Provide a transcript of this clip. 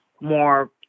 more